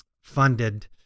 funded